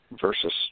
versus